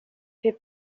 fait